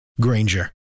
Granger